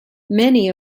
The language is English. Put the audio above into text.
many